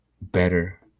better